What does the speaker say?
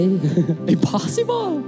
Impossible